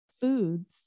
foods